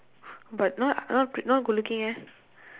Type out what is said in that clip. but not not not good looking eh